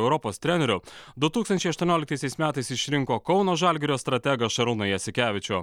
europos treneriu du tūkstančiai aštuonioliktaisiais metais išrinko kauno žalgirio strategą šarūną jasikevičių